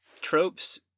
tropes